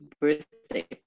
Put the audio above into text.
birthday